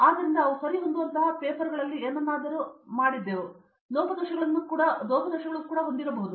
ಆದ್ದರಿಂದ ಅವು ಸರಿಹೊಂದುವಂತಹ ಪೇಪರ್ಗಳಲ್ಲಿ ಏನನ್ನಾದರೂ ಮಾಡಿದ್ದವು ಮತ್ತು ಇದು ಲೋಪದೋಷಗಳನ್ನು ಕೂಡ ಹೊಂದಿರಬಹುದು